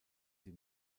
sie